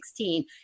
2016